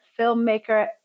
filmmaker